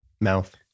Mouth